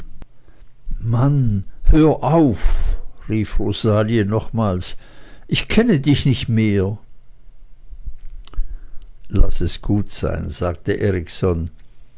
mann hör auf rief rosalie nochmals ich kenne dich nicht mehr laß es gut sein sagte erikson